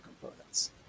components